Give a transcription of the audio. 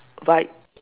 vibe